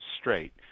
straight